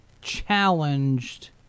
challenged